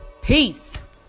Peace